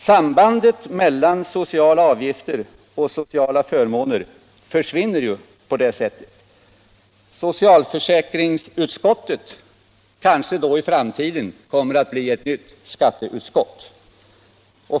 Sambandet mellan sociala avgifter och sociala förmåner försvinner på det sättet. Socialförsäkringsutskottet kanske i framtiden kommer att bli ett nytt skatteutskott.